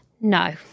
No